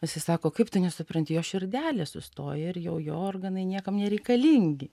jisai sako kaip tu nesupranti jo širdelė sustojo ir jau jo organai niekam nereikalingi